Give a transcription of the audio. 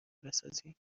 بسازیم